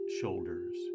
shoulders